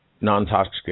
non-toxic